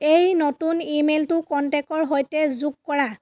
এই নতুন ইমেইলটো কন্টেক্টৰ সৈতে যোগ কৰা